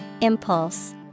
impulse